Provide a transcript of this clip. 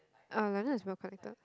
uh London is well connected